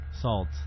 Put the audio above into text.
salt